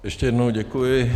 Ještě jednou děkuji.